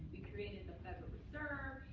we created the federal reserve.